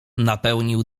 napełnił